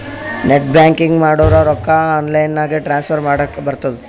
net banking ಮಾಡುರ್ ರೊಕ್ಕಾ online ನಾಗೆ ಟ್ರಾನ್ಸ್ಫರ್ ಮಾಡ್ಲಕ್ ಬರ್ತುದ್